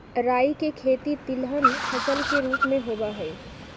राई के खेती तिलहन फसल के रूप में होबा हई